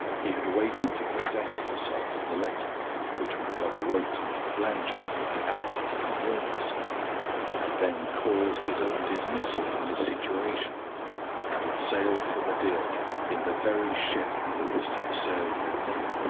he had waited to possess himself of the letter which my mother wrote to mr. blanchard at the outset of my illness had then caused his own dismissal from his situation and had sailed for madeira in the very ship that was to have sailed with me.